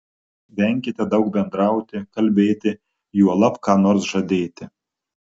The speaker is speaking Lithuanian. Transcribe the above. venkite daug bendrauti kalbėti juolab ką nors žadėti